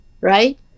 right